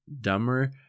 dumber